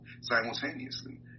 simultaneously